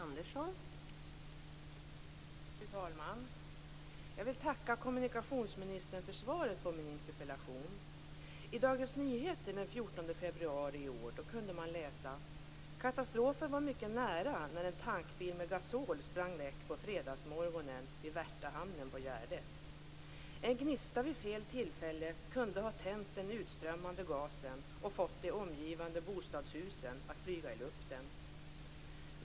Fru talman! Jag vill tacka kommunikationsministern för svaret på min interpellation. I Dagens Nyheter av den 14 februari i år kunde man läsa: "Katastrofen var mycket nära när en tankbil med gasol sprang läck på fredagsmorgonen vid Värtahamnen på Gärdet. En gnista vid fel tillfälle kunde ha tänt den utströmmande gasen och fått de omgivande bostadshusen att flyga i luften.